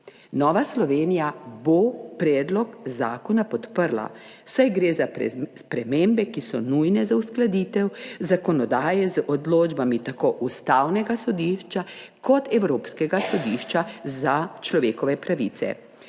Nova Slovenija bo predlog zakona podprla, saj gre za spremembe, ki so nujne za uskladitev zakonodaje z odločbami tako Ustavnega sodišča kot Evropskega sodišča za človekove pravice.